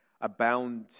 abound